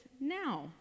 now